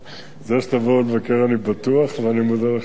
זה שתבואו לבקר אני בטוח, ואני מודה לך מאוד.